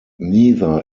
neither